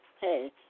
hey